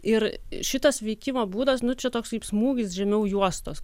ir šitas veikimo būdas nu čia toks kaip smūgis žemiau juostos